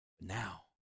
Now